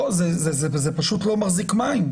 זה פשוט לא מחזיק מים,